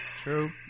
True